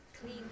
Clean